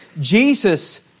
Jesus